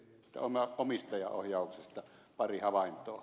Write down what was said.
omistajaohjauksesta pari havaintoa